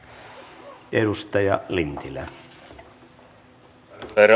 arvoisa herra puhemies